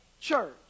church